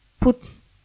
puts